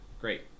great